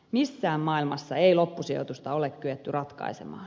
missään maailmassa ei loppusijoitusta ole kyetty ratkaisemaan